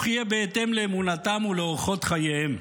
יהיה בהתאם לאמונתם ולאורחות חייהם.